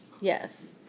Yes